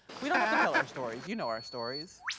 we don't have to tell our stories. you know our stories.